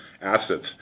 assets